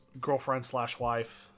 girlfriend-slash-wife